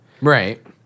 Right